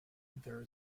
there